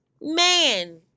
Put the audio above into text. Man